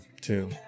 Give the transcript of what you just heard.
Two